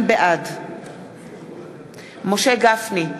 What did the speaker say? בעד משה גפני,